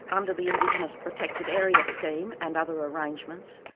under the indigenous protected area scheme and other arrangements,